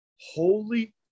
holy